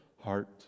heart